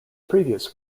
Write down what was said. previous